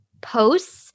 posts